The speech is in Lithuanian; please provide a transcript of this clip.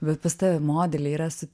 bet pas tave modeliai yra su